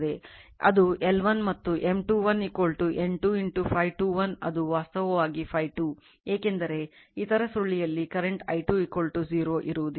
ಅದು L1 ಮತ್ತು M21 N 2 Φ2 1 ಅದು ವಾಸ್ತವವಾಗಿ Φ2 ಏಕೆಂದರೆ ಇತರ ಸುರುಳಿಯಲ್ಲಿ ಕರೆಂಟ್ i2 0 ಇರುವುದಿಲ್ಲ